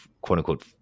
quote-unquote